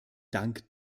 dank